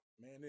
Man